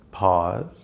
Pause